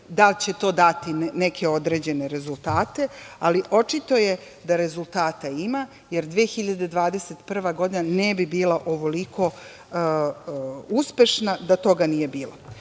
da će to dati neke određene rezultate, ali očito je da rezultata ima, jer 2021. godina ne bi bila ovoliko uspešna da toga nije bilo. Ja